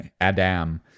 Adam